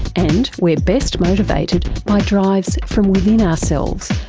and we are best motivated by drives from within ourselves,